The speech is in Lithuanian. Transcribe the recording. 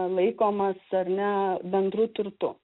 laikomas ar ne bendru turtu